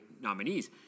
nominees